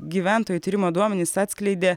gyventojų tyrimo duomenys atskleidė